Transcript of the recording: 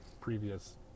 previous